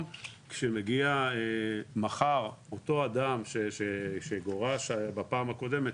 אם מגיע מחר אותו אדם שגורש בפעם הקודמת,